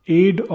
aid